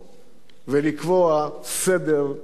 ולקבוע סדר משלהם,